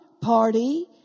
party